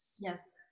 Yes